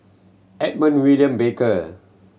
Edmund William Barker